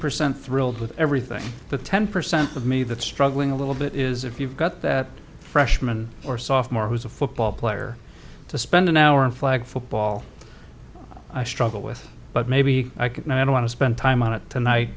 percent thrilled with everything but ten percent of me that's struggling a little bit is if you've got the freshman or sophomore who's a football player to spend an hour in flag football i struggle with but maybe i could not i don't want to spend time on it tonight